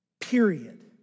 period